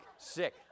sick